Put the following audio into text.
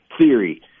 theory